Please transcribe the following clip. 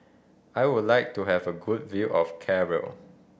I would like to have a good view of Cairo